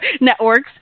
networks